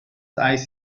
eis